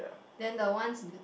then the ones